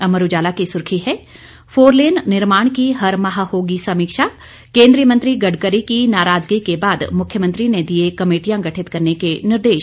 अमर उजाला की सुर्खी है फोरलेन निर्माण की हर माह होगी समीक्षा केन्द्रीय मंत्री गडकरी की नाराजगी के बाद मुख्यमंत्री ने दिये कमेटियां गढित करने के निर्देश